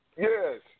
Yes